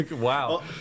wow